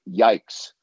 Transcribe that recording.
yikes